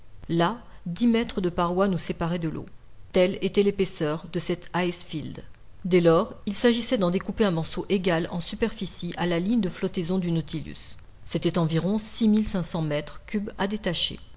là dix mètres de parois nous séparaient de l'eau telle était l'épaisseur de cet ice field dès lors il s'agissait d'en découper un morceau égal en superficie à la ligne de flottaison du nautilus c'était environ six mille cinq cents mètres cubes à détacher